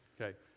Okay